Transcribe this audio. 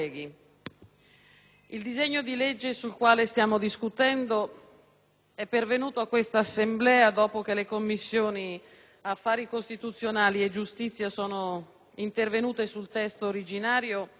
è pervenuto a questa Assemblea dopo che le Commissioni affari costituzionali e giustizia sono intervenute sul testo originario con significative modifiche e integrazioni.